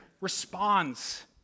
responds